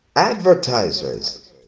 Advertisers